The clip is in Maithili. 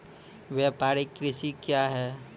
व्यापारिक कृषि क्या हैं?